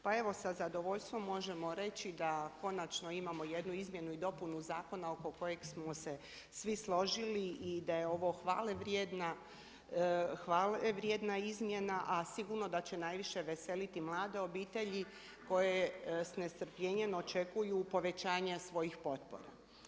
Pa evo, sa zadovoljstvom možemo reći da konačno imamo jednu izmjenu i dopunu zakona oko kojeg smo se svi složili i da je ovo hvale vrijedna izmjena a sigurno da će najviše veseliti mlade obitelji koje s nestrpljenjem očekuju povećanje svojih potpora.